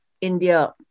India